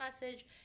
message